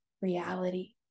reality